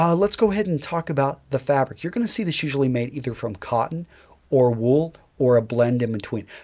um let's go ahead and talk about the fabric. you're going to see this is usually made either from cotton or wool or a blend in between,